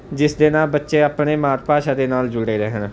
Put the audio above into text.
ਜਿਸ ਦੇ ਨਾਲ ਬੱਚੇ ਆਪਣੇ ਮਾਤ ਭਾਸ਼ਾ ਦੇ ਨਾਲ ਜੁੜੇ ਰਹਿਣ